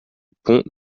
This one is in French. pont